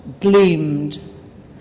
gleamed